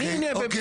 אוקיי,